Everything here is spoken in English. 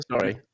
Sorry